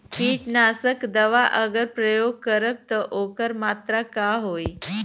कीटनाशक दवा अगर प्रयोग करब त ओकर मात्रा का होई?